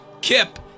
Kip